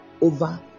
over